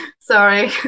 sorry